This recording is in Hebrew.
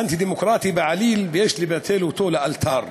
אנטי-דמוקרטי בעליל, ויש לבטל אותו לאלתר.